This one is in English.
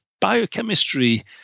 biochemistry